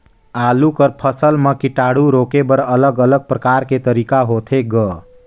आलू कर फसल म कीटाणु रोके बर अलग अलग प्रकार तरीका होथे ग?